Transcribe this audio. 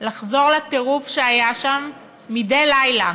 לחזור לטירוף שהיה שם מדי לילה,